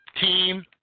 team